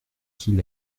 qu’il